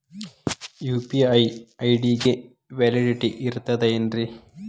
UPI ID ಗೆ validity ಇರತದ ಏನ್ರಿ?